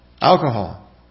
Alcohol